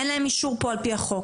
אין להם אישור פה על פי החוק.